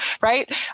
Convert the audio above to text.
right